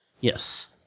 Yes